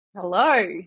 Hello